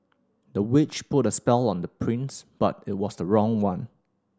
the witch put a spell on the prince but it was the wrong one